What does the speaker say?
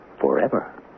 forever